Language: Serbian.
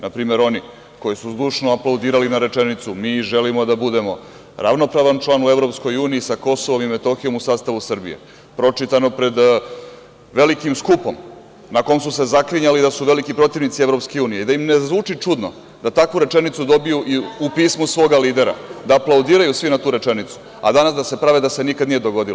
Na primer oni koji su zdušno aplaudirali na rečenicu – mi želimo da budemo ravnopravan član u EU sa Kosovom i Metohijom u sastavu Srbije, pročitano pred velikim skupom na kom su se zaklinjali da su veliki protivnici EU i da im ne zvuči čudno da takvu rečenicu dobiju i u pismu svoga lidera, da aplaudiraju svi na tu rečenicu, a danas da se prave da se nikada nije to dogodilo.